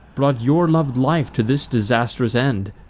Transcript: brought your lov'd life to this disastrous end?